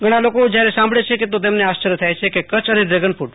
ઘણા લોકો જ્યારે સાંભળે છે તો તેમને આશ્ચર્ય થાય છે કે કચ્છ અને ડ્રેગન ફ્ર્ટ